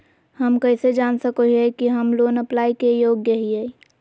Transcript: हम कइसे जान सको हियै कि हम लोन अप्लाई के योग्य हियै?